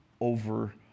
over